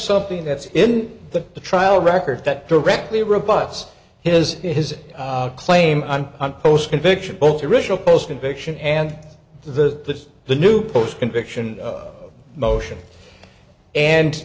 something that's in the trial record that directly robots has his claim on one post conviction both the original post conviction and the the new post conviction of motion and